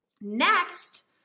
Next